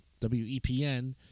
WEPN